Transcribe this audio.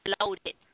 loaded